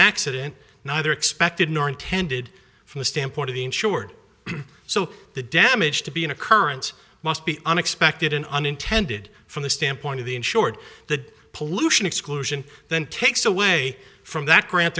accident neither expected nor intended from the standpoint of the insured so the damage to be an occurrence must be unexpected and unintended from the standpoint of the insured the pollution exclusion then takes away from that grant